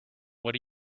what